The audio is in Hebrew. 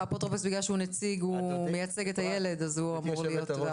האפוטרופוס בגלל שהוא נציג שמייצג את הילד אז הוא אמור להיות.